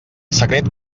secret